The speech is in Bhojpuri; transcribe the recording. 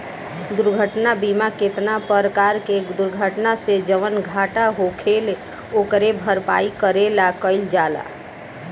दुर्घटना बीमा केतना परकार के दुर्घटना से जवन घाटा होखेल ओकरे भरपाई करे ला कइल जाला